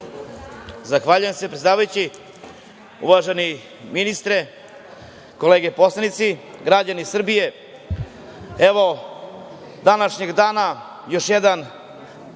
Zahvaljujem se predsedavajući. Uvaženi ministre, kolege poslanici, građani Srbije, evo današnjeg dana još jedan